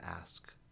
ask